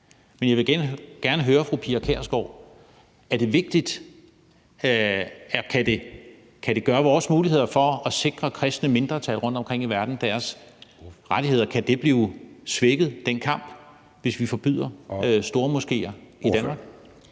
Men jeg vil igen gerne høre fru Pia Kjærsgaard, om det er vigtigt. Eller kan kampen for vores muligheder for at sikre kristne mindretal rundtomkring i verden deres rettigheder blive svækket, hvis vi forbyder stormoskéer i Danmark?